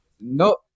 No